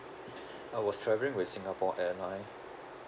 I was travelling with Singapore Airlines